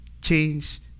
Change